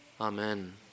Amen